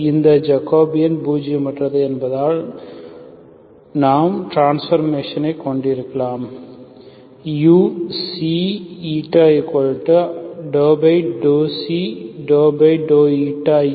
இந்த ஜக்கோபியன் பூஜியமற்றது என்பதால் நாம் டிரான்ஸ்ஃபர்மேஷனை கொண்டிருக்கலாம் uξηu